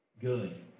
good